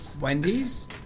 Wendy's